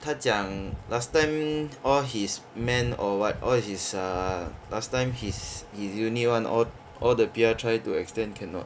他讲 last time all his men or what all his err last time his his unit [one] all all the P_R try to extend cannot